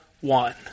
one